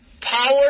power